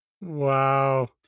Wow